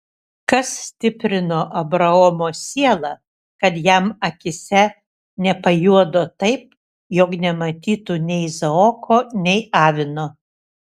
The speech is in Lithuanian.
kas stiprino abraomo sielą kad jam akyse nepajuodo taip jog nematytų nei izaoko nei avino